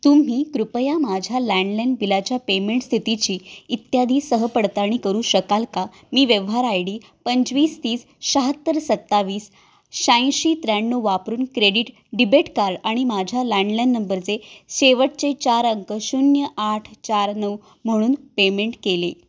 तुम्ही कृपया माझ्या लँडलाईन बिलाच्या पेमेंट स्थितीची इत्यादी सहपडताळणी करू शकाल का मी व्यवहार आय डी पंचवीस तीस शहात्तर सत्तावीस शहाऐंशी त्र्याण्णव वापरून क्रेडिट डिबेट कार्ड आणि माझ्या लँडलाईन नंबरचे शेवटचे चार अंक शून्य आठ चार नऊ म्हणून पेमेंट केले